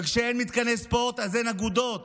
וכשאין מתקני ספורט אז אין אגודות,